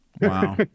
Wow